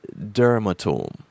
dermatome